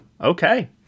Okay